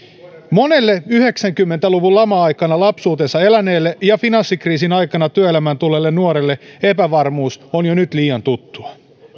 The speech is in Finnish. monelle yhdeksänkymmentä luvun lama aikana lapsuutensa eläneelle ja finanssikriisin aikana työelämään tulleelle nuorelle epävarmuus on jo nyt liian tuttua